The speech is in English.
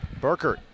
Burkert